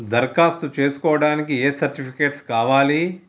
దరఖాస్తు చేస్కోవడానికి ఏ సర్టిఫికేట్స్ కావాలి?